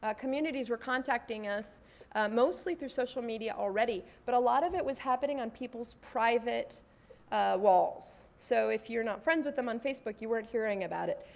ah communities were contacting us mostly through social media already. but a lot of it was happening on people's private walls. so if you're not friends with them on facebook, you weren't hearing about it.